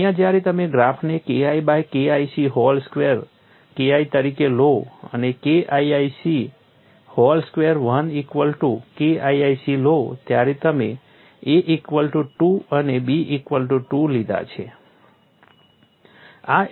અહિંયા જ્યારે તમે ગ્રાફને KI by KIC whole square KI તરીકે લો અને KIIC whole square 1 equal to KIIC લો ત્યારે તમે a ઇક્વલ ટુ 2 અને b ઇક્વલ ટુ 2 લીધા છે